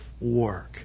work